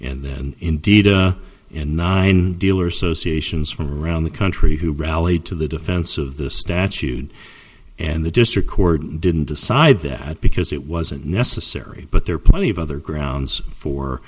and then indeed in nine dealers association is from around the country who rallied to the defense or of the statute and the district court didn't decide that because it wasn't necessary but there are plenty of other grounds for